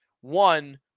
One